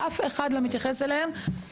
אף אחד לא מתייחס אליהם.